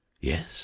yes